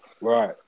right